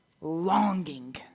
longing